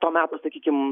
to meto sakykim